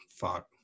fuck